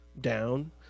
down